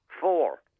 Four